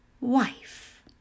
wife